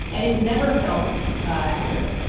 and it's never felt accurate.